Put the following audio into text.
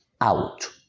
out